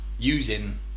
Using